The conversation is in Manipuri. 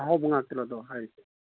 ꯑꯍꯥꯎꯕ ꯉꯥꯛꯇꯔꯣ ꯑꯗꯣ ꯍꯥꯏꯔꯤꯁꯦ